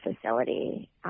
facility